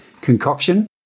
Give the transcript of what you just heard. concoction